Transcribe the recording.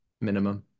minimum